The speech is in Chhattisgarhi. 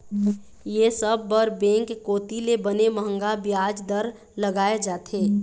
ये सब बर बेंक कोती ले बने मंहगा बियाज दर लगाय जाथे